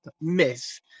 myth